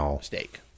steak